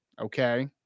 Okay